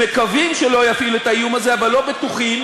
שמקווים שלא יפעיל את האיום הזה אבל לא בטוחים,